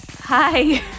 Hi